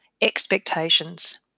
expectations